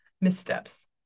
missteps